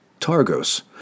Targos